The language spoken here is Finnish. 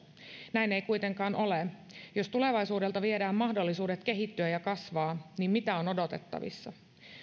näin ei kuitenkaan ole jos tulevaisuudelta viedään mahdollisuudet kehittyä ja kasvaa niin mitä on odotettavissa